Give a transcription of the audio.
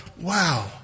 wow